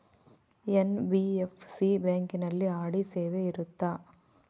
NBFC ಬ್ಯಾಂಕಿನಲ್ಲಿ RD ಸೇವೆ ಇರುತ್ತಾ?